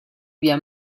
via